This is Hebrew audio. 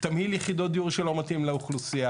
תמהיל יחידות דיור שלא מתאים לאוכלוסייה,